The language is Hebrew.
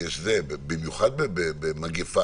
היה קונצנזוס פחות